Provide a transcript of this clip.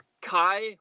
Kai